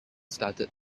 started